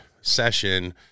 session